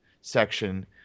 section